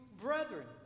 brethren